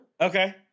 Okay